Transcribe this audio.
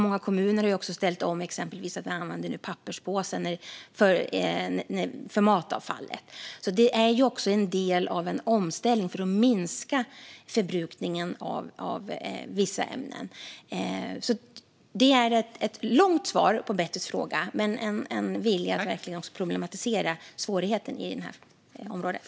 Många kommuner har också ställt om, exempelvis på så sätt att de nu använder papperspåsar för matavfallet. Detta är en del av en omställning som man gör för att minska förbrukningen av vissa ämnen. Det var ett långt svar på Betty Malmbergs fråga, men jag har en vilja att problematisera detta med tanke på svårigheterna på området.